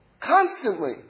constantly